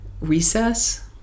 Recess